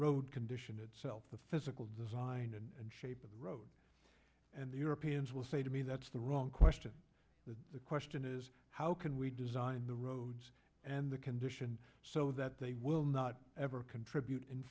road condition itself the physical design and shape of the road and the europeans will say to me that's the wrong question the question is how can we design the roads and the condition so that they will not ever contribute in